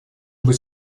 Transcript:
быть